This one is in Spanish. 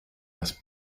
las